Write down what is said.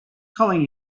calling